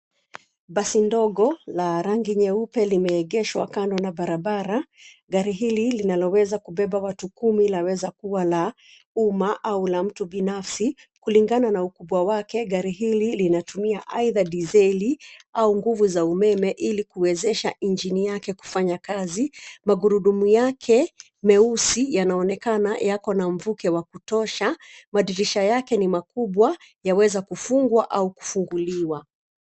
Basi ndogo la rangi nyeupe limeegeshwa kando na barabara. Gari hili linaloweza kubeba watu kumi, laweza kuwa la umma au la mtu binafsi. Kulingana na ukubwa wake, gari hili linatumia aidha dizeli au nguvu za umeme ili kuwezesha injini yake kufanya kazi. Magurudumu yake meusi yanaonekana yako na mvuke wa kutosha. Madirisha yake ni makubwa, yaweza kufungwa au kufunguliwa.